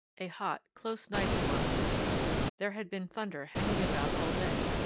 a hot, close night it was there had been thunder hanging about all day,